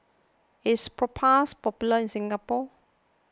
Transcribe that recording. is Propass popular in Singapore